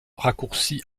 raccourci